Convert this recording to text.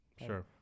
Sure